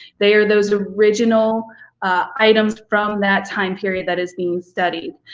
they are those original items from that time period that is being studied.